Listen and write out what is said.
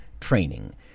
training